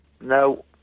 No